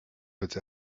but